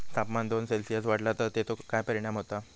तापमान दोन सेल्सिअस वाढला तर तेचो काय परिणाम होता?